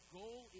goal